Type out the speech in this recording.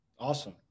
Awesome